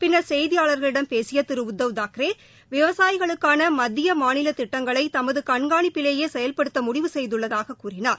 பின்னா் செய்தியாளா்களிடம் பேசிய திரு உத்தவ் தாக்ரே விவசாயிகளுக்கான மத்திய மாநில திட்டங்களை தமது கண்காணிப்பிலேயே செயல்படுத்த முடிவு செய்துள்ளதாகக் கூறினார்